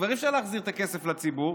כבר אי-אפשר להחזיר את הכסף לציבור,